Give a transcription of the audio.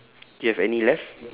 do you have any left